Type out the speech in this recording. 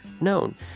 known